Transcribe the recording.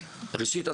ראשית,